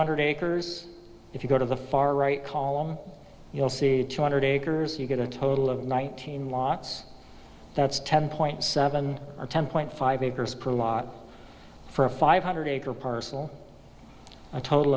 hundred acres if you go to the far right column you'll see two hundred acres you get a total of nineteen lots that's ten point seven or ten point five acres per lot for a five hundred acre parcel a total